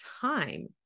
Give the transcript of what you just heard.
time